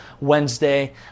Wednesday